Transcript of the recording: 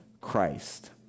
Christ